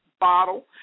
bottle